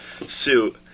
suit